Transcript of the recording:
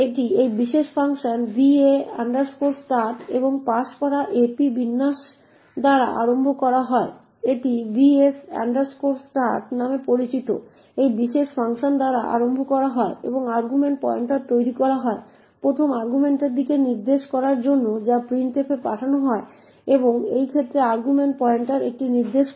এটি এই বিশেষ ফাংশন va start এবং পাস করা ap বিন্যাস দ্বারা আরম্ভ করা হয় এটি va start নামে পরিচিত এই বিশেষ ফাংশন দ্বারা আরম্ভ করা হয় এবং আর্গুমেন্ট পয়েন্টার তৈরি করা হয় প্রথম আর্গুমেন্টের দিকে নির্দেশ করার জন্য যা printf এ পাঠানো হয় এই ক্ষেত্রে আর্গুমেন্ট পয়েন্টার একটি নির্দেশ করে